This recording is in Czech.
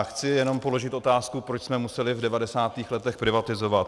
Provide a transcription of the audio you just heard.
Chci jenom položit otázku, proč jsme museli v 90. letech privatizovat.